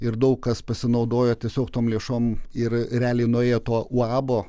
ir daug kas pasinaudojo tiesiog tom lėšom ir realiai nuėjo to uabo